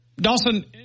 Dawson